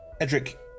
Edric